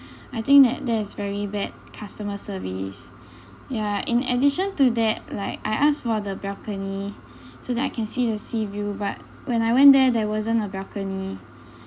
I think that that is very bad customer service ya in addition to that like I asked for the balcony so that I can see the sea view but when I went there there wasn't a balcony